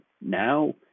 now